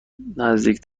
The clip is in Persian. نزدیک